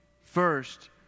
first